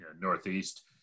Northeast